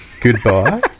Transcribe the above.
Goodbye